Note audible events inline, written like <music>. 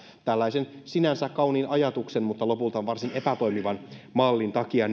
tällaisen sinänsä kauniin ajatuksen mutta lopulta varsin epätoimivan mallin takia <unintelligible>